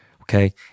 okay